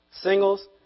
Singles